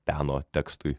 peno tekstui